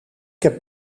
heb